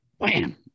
bam